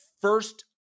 first